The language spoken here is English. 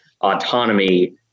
autonomy